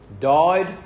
Died